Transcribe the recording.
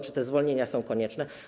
Czy te zwolnienia są konieczne?